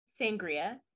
sangria